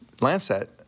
Lancet